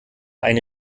eine